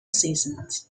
seasons